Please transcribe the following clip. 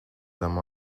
some